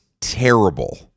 terrible